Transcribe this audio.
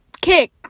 kick